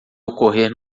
ocorrer